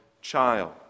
child